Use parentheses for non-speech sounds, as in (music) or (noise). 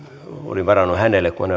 olin varannut hänelle kun (unintelligible)